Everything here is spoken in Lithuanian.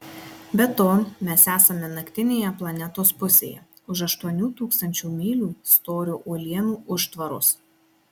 be to mes esame naktinėje planetos pusėje už aštuonių tūkstančių mylių storio uolienų užtvaros